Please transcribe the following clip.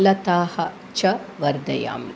लताः च वर्धयामि